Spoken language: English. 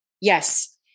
Yes